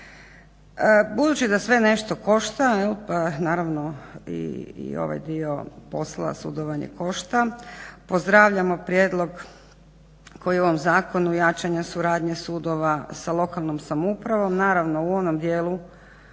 Budući da sve nešto košta, naravno i ovaj dio posla sudovanje košta pozdravljamo prijedlog koji u ovom zakonu jačanja suradnje sudova sa lokalnom samoupravom naravno u onom dijelu